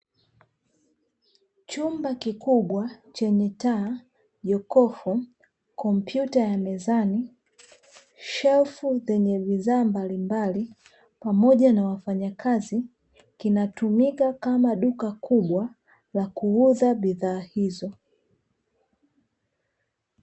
Chumba kikubwa chenye taa, jokofu, kompyuta ya mezani, shelfu zenye bidhaa mbalimbali pamoja na wafanyakazi kinatumika kama duka kubwa la kuuza bidhaa hizo.